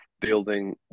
building